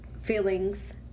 feelings